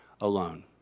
alone